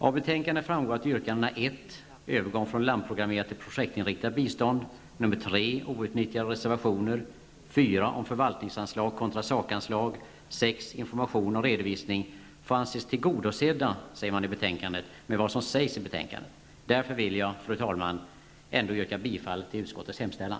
Av betänkandet framgår att mina motionsyrkanden nr 1 om övergång från landprogrammerat till projektinriktat bistånd, nr 3 om outnyttjade reservationer, nr 4 om förvaltningsanslag, kontra sakanslag och nr 6 om information och redovisning får anses tillgodosedda med vad som sägs i betänkandet. Därför vill jag, fru talman, ändå yrka bifall till utskottets hemställan.